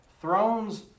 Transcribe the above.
Thrones